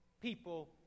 people